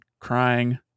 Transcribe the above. crying